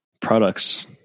products